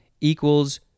equals